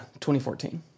2014